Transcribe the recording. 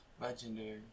Legendary